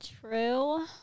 true